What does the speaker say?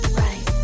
right